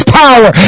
power